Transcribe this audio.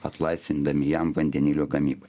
atlaisvindami jam vandenilio gamybai